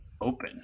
Open